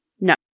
No